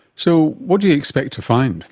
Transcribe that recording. so what do you expect to find?